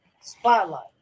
Spotlight